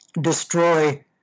destroy